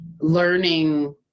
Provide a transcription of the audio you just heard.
learning